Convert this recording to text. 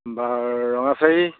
বা ৰঙাচাহি